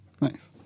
Nice